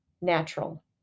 natural